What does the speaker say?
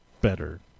better